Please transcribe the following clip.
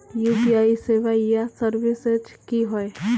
UPI सेवाएँ या services की होय?